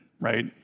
right